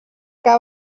que